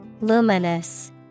Luminous